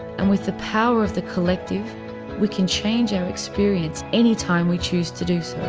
and with the power of the collective we can change our experience anytime we choose to do so.